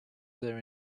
their